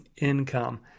income